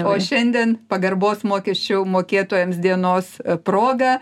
o šiandien pagarbos mokesčių mokėtojams dienos proga